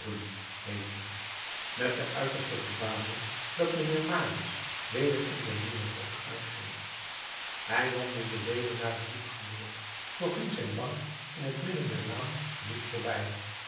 heette met de uiterste verbazing dat mijnheer marius weder in zijn nieuwen rok uitging hij wandelde weder naar het luxemburg doch ging zijn bank in het midden der laan niet voorbij